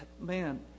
man